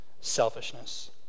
selfishness